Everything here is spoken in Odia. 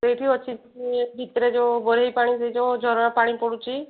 ସେଇଠି ଅଛି ଯିଏ ଭିତରେ ଯେଉଁ ବରେହି ପାଣି ସେ ଯୋଉଁ ଝରଣା ପାଣି ପଡ଼ୁଛି